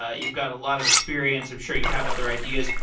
ah you've got a lot of experience. i'm sure you have other ideas.